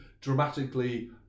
dramatically